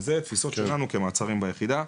וזה תפיסות שלנו כמעצרים ביחידה.